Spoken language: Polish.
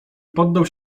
poddał